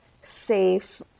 safe